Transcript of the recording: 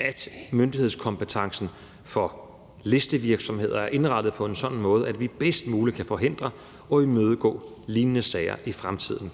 at myndighedskompetencen for listevirksomheder er indrettet på en sådan måde, er vi bedst muligt kan forhindre og imødegå lignende sager i fremtiden.